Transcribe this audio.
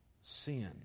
sin